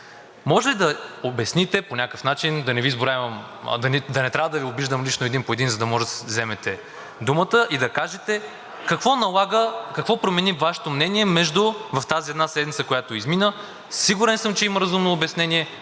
Може ли да обясните по някакъв начин – да не трябва да Ви обиждам лично един по един, за да може да вземете думата, и да кажете какво налага, какво промени Вашето мнение в тази една седмица, която измина? Сигурен съм, че има разумно обяснение.